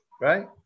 Right